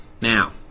Now